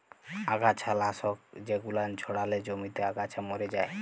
আগাছা লাশক জেগুলান ছড়ালে জমিতে আগাছা ম্যরে যায়